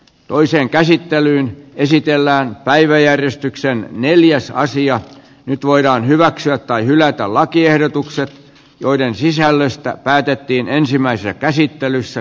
toiseen käsittelyyn esitellään päiväjärjestyksen neljäs sija nyt voidaan hyväksyä tai hylätä lakiehdotukset joiden sisällöstä päätettiin ensimmäisessä käsittelyssä